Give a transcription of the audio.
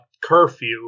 curfew